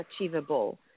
achievable